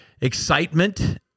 excitement